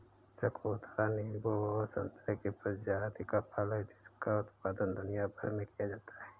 चकोतरा नींबू और संतरे की प्रजाति का फल है जिसका उत्पादन दुनिया भर में किया जाता है